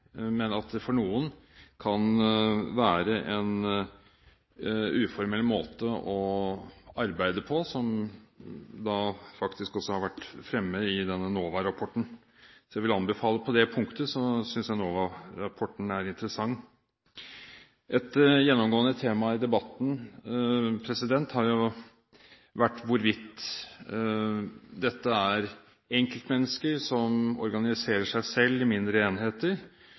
men at det for noen kan være en uformell måte å arbeide på, som faktisk også har vært framme i NOVA-rapporten. Så på det punktet synes jeg NOVA-rapporten er interessant. Et gjennomgående tema i debatten har vært hvorvidt dette er enkeltmennesker som organiserer seg selv i mindre enheter,